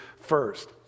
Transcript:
first